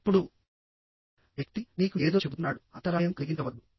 ఎప్పుడు వ్యక్తి మీకు ఏదో చెబుతున్నాడు అంతరాయం కలిగించవద్దు